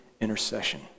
intercession